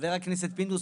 חבר הכנסת פינדרוס,